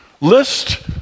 List